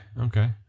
Okay